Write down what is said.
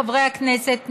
חברי הכנסת,